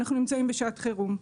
ואנחנו נמצאים בשעת חירום.